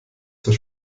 zur